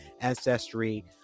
ancestry